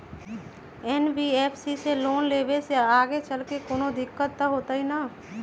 NBFC से loan लेबे से आगेचलके कौनो दिक्कत त न होतई न?